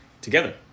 together